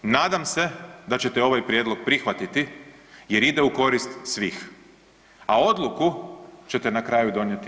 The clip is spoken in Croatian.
Nadam se da ćete ovaj prijedlog prihvatiti jer ide u korist svih, a odluku ćete na kraju donijet vi.